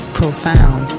profound